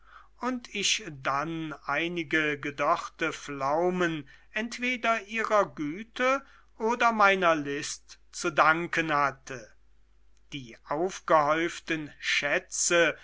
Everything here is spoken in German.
und ich dann einige gedörrte pflaumen entweder ihrer güte oder meiner list zu danken hatte die aufgehäuften schätze